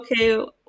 okay